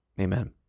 amen